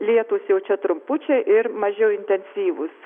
lietūs jau čia trumpučiai ir mažiau intensyvūs